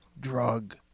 drug